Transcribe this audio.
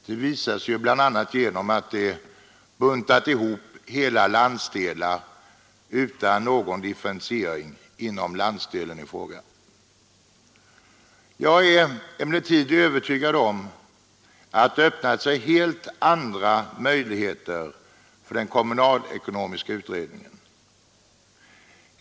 Det har visat sig bl.a. genom att den ”buntat ihop” hela landsdelar utan någon differentiering inom respektive landsdel. Jag är emellertid övertygad om att det öppnar sig helt andra möjligheter för den kommunalekonomiska utredningen.